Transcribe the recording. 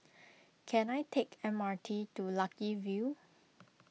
can I take the M R T to Lucky View